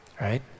right